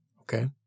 Okay